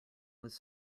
was